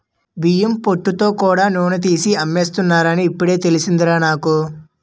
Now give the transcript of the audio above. బియ్యం పొట్టుతో కూడా నూనె తీసి అమ్మేస్తున్నారని ఇప్పుడే తెలిసిందిరా నాకు